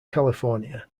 california